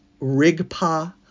rigpa